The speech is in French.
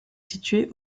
situé